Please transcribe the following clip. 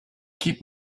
keep